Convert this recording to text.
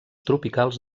tropicals